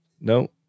no